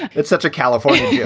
it's such a california.